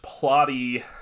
plotty